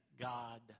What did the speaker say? God